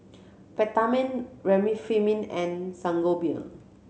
Peptamen Remifemin and Sangobion